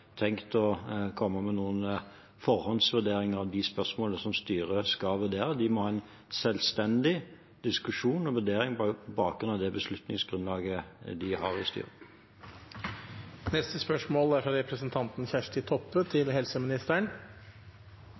tenkt å komme med noen forhåndsvurdering av de spørsmålene som styret skal vurdere. De må ha en selvstendig diskusjon og vurdering på bakgrunn av det beslutningsgrunnlaget de har i styret. «Ifølge Helse- og omsorgsdepartementet er